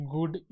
Good